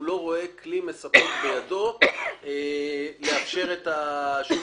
הוא לא רואה כלי מספק בידו לאפשר לשוק